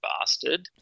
bastard